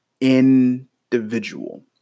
individual